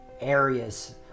areas